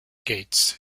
gates